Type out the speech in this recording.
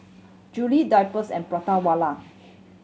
Julie Drypers and Prata Wala